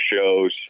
shows